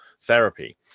therapy